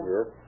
Yes